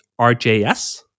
RJS